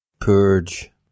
Purge